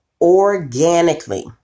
organically